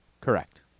Correct